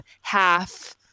half-